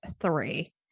three